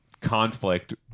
conflict